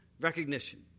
recognition